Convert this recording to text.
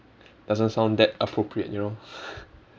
doesn't sound that appropriate you know